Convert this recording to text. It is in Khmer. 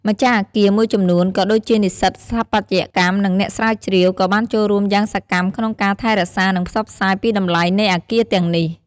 ម្ចាស់អគារមួយចំនួន ក៏ដូចជានិស្សិតស្ថាបត្យកម្ម និងអ្នកស្រាវជ្រាវ ក៏បានចូលរួមយ៉ាងសកម្មក្នុងការថែរក្សា និងផ្សព្វផ្សាយពីតម្លៃនៃអគារទាំងនេះ។